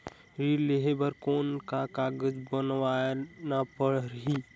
ऋण लेहे बर कौन का कागज बनवाना परही?